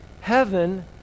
heaven